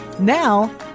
Now